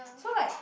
so like